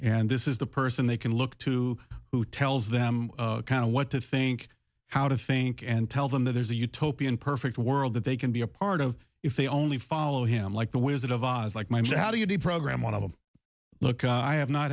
and this is the person they can look to who tells them kind of what to think how to think and tell them that there's a utopian perfect world that they can be a part of if they only follow him like the wizard of oz like i'm so how do you deprogram want to look i have not